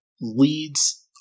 leads